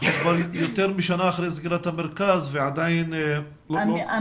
עכשיו כבר יותר משנה אחרי סגירת המרכז ועדיין לא --- לא,